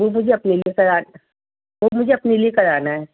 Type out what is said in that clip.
وہ مجھے اپنے لیے کر وہ مجھے اپنے لیے کرانا ہے